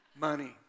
money